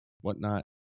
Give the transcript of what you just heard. whatnot